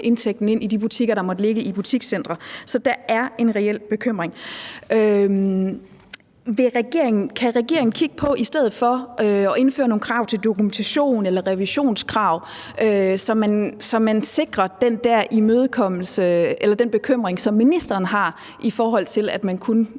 indtægten ind i de butikker, der måtte ligge i butikscentre. Så der er en reel bekymring. Kan regeringen i stedet for kigge på at indføre nogle krav til dokumentation eller nogle revisionskrav, så man kan imødekomme den bekymring, som ministeren har, i lyset af at der